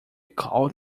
call